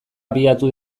abiatu